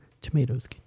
tomatoes